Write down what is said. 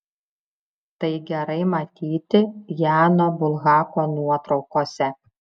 tai gerai matyti jano bulhako nuotraukose